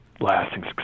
lasting